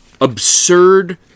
absurd